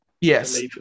Yes